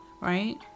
right